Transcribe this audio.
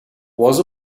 was